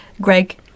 Greg